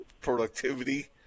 productivity